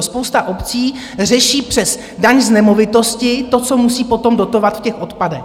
Spousta obcí řeší přes daň z nemovitosti to, co musí potom dotovat v odpadech.